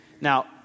Now